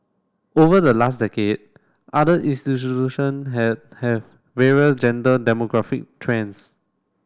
over the last decade other had have various gender demographic trends